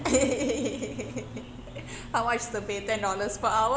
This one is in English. how much the pay ten dollars per hour